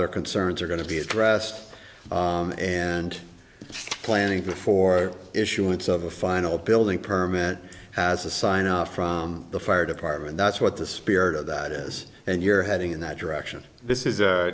their concerns are going to be addressed and planning before issuance of a final building permit has a sign off from the fire department that's what the spirit of that is and you're heading in that direction this is